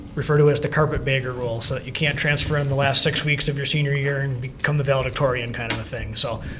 refer to it as the carpet bagger rule, so you can transfer in the last six weeks of your senior year and become the valedictorian kind of a thing. so.